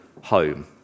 home